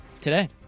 today